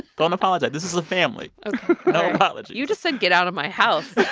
don't apologize. this is a family no apologies you just said, get out of my house